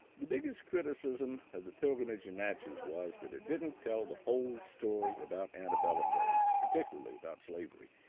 the biggest criticism of the pilgrimage in natchez was that it didn't tell the whole story about antebellum days, particularly about slavery.